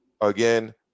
again